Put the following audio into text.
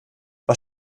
was